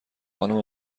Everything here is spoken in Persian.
خانم